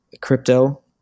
crypto